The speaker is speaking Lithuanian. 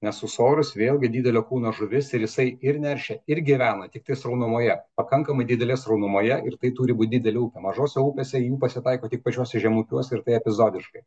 nes ūsorius vėlgi didelio kūno žuvis ir jisai ir neršia ir gyvena tiktai sraunumoje pakankamai didelėj sraunumoje ir tai turi būt didelė upė mažose upėse jų pasitaiko tik pačiuose žemupiuose ir tai epizodiškai